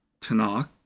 Tanakh